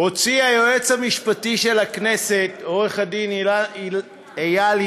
הוציא היועץ המשפטי של הכנסת, עורך-הדין איל ינון,